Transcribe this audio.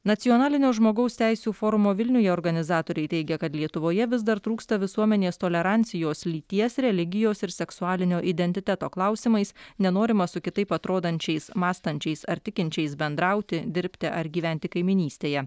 nacionalinio žmogaus teisių forumo vilniuje organizatoriai teigia kad lietuvoje vis dar trūksta visuomenės tolerancijos lyties religijos ir seksualinio identiteto klausimais nenorima su kitaip atrodančiais mąstančiais ar tikinčiais bendrauti dirbti ar gyventi kaimynystėje